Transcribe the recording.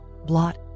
blot